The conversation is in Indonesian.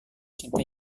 cinta